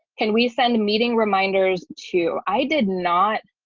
can we send meeting reminders to i did not